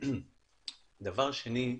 דבר שני,